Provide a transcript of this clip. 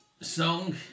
song